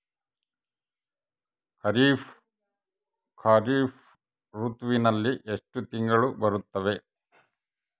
ಖಾರೇಫ್ ಋತುವಿನಲ್ಲಿ ಎಷ್ಟು ತಿಂಗಳು ಬರುತ್ತವೆ?